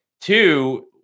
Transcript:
Two